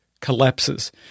collapses